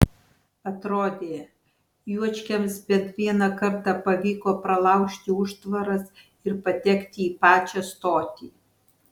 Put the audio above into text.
atrodė juočkiams bent vieną kartą pavyko pralaužti užtvaras ir patekti į pačią stotį